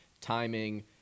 timing